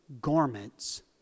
garments